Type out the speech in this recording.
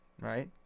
Right